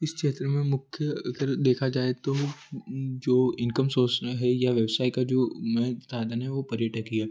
इस क्षेत्र में मुख्य अगर देखा जाए तो जो इन्कम सोर्स है या व्यवसाय का जो नए साधन हैं वो पर्यटक ही है